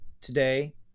today